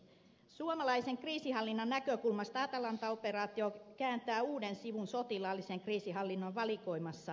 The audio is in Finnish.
suomalaisen kriisinhallinnan näkökulmasta atalanta operaatio kääntää uuden sivun sotilaallisen kriisinhallinnan valikoimassa